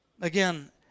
again